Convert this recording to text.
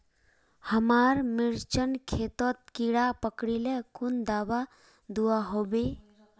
हमार मिर्चन खेतोत कीड़ा पकरिले कुन दाबा दुआहोबे?